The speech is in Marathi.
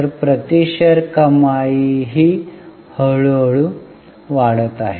तर प्रति शेअर कमाईही हळूहळू वाढत आहे